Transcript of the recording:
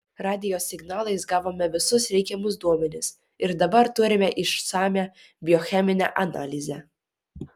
radijo signalais gavome visus reikiamus duomenis ir dabar turime išsamią biocheminę analizę